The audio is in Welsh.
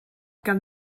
gan